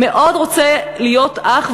מאוד רוצה להיות אח,